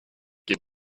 give